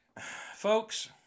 folks